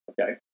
Okay